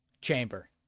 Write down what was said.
Chamber